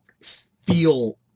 feel